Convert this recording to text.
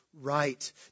right